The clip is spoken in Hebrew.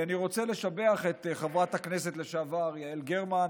אני רוצה לשבח את חברת הכנסת לשעבר יעל גרמן,